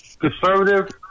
conservative